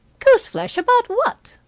goose-flesh about what?